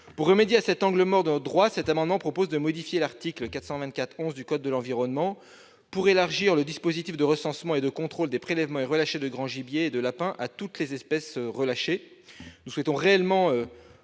Pour remédier à cet angle mort dans notre droit, cet amendement vise à modifier l'article L. 424-11 du code l'environnement pour élargir le dispositif de recensement et de contrôle des prélèvements et relâchers de grand gibier et de lapins à toutes les espèces relâchées. Nous souhaitons réellement